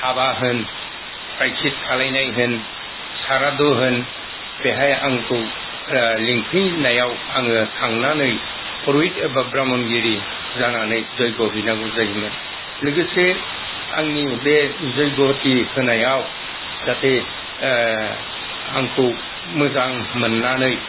हाबा होन प्रायसित खालायनाय होन सारादु होन बेहाय आंखौ लांफैनायाव आं थांनानै पुरुहित एबा ब्राह्मनगिरि जानानै जग्य हैनांगौ जायोमोन लोगोसे आंनि बे जग्यहति होनायाव जाहाथे आंखौ मोजां मोननानै